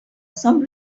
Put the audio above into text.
some